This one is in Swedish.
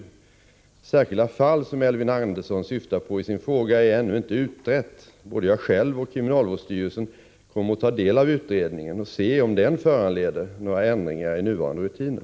Det särskilda fall som Elving Andersson syftar på i sin fråga är ännu inte utrett. Både jag själv och kriminalvårdsstyrelsen kommer att ta del av utredningen och se om den föranleder några ändringar i nuvarande rutiner.